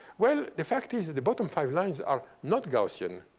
well, the fact is that the bottom five lines are not gaussian.